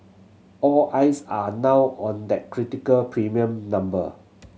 all eyes are now on that critical premium number